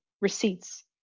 receipts